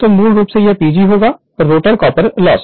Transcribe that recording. तो मूल रूप से यह PG होगा रोटर कॉपर लॉस